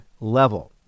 level